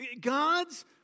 God's